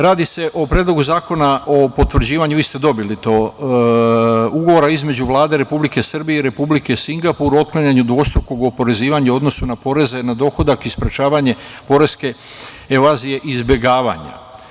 Radi se o Predlogu zakona o potvrđivanja, vi ste dobili to, Ugovora između Vlade Republike Srbije i Republike Singapur otklanjanje dvostrukog oporezivanje u odnosu na poreze na dohodak i sprečavanje poreske evazije izbegavanja.